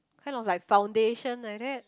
kind of like foundation like that